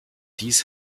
dies